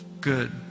good